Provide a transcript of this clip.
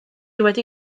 wedi